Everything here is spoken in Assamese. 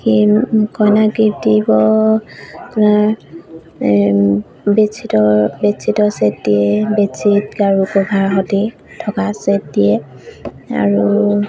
কি কইনাক গিফ্ট দিব আপোনাৰ বেডশ্বিটৰ বেডশ্বিটৰ ছেট দিয়ে বেডশ্বীট গাৰু কভাৰ সৈতে থকা ছেট দিয়ে আৰু